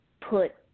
put